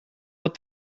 what